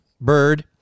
bird